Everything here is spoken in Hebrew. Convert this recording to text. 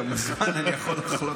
אתה מוזמן, אני יכול לחלוק